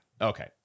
okay